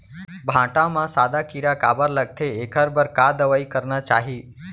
भांटा म सादा कीरा काबर लगथे एखर बर का दवई करना चाही?